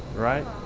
right?